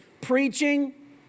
Preaching